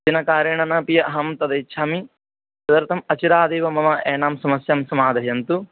अनेन कारणेन अपि अहं तद् इच्छामि तदर्थम् अचिरादेव मम एनां समस्यां समाधयन्तु